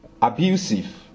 abusive